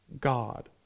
God